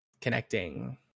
connecting